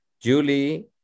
Julie